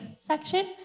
section